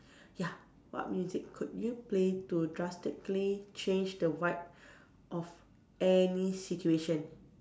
ya what music could you play to drastically change the vibe of any situation